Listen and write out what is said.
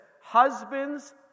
Husbands